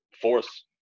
force